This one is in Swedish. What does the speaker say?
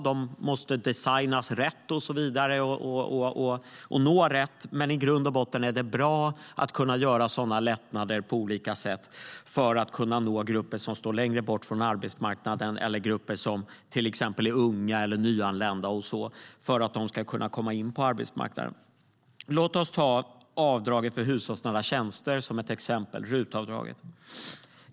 De måste designas rätt och nå de rätta grupperna, men i grund och botten är det bra att på olika sätt kunna införa sådana lättnader för att nå grupper som står längre bort från arbetsmarknaden eller grupper av unga eller nyanlända för att de ska kunna komma in på arbetsmarknaden. Låt oss ta avdrag för hushållsnära tjänster som exempel, RUT-avdraget.